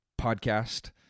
podcast